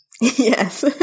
Yes